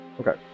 okay